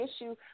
issue